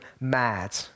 mad